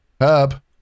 Herb